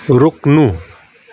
रोक्नु